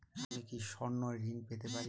আমি কি স্বর্ণ ঋণ পেতে পারি?